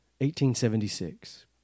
1876